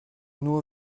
nur